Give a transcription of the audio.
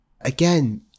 Again